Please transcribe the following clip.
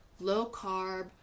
low-carb